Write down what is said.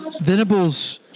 Venable's